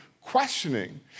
questioning